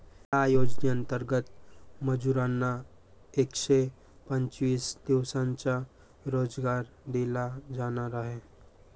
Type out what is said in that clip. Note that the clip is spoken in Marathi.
या योजनेंतर्गत मजुरांना एकशे पंचवीस दिवसांचा रोजगार दिला जाणार आहे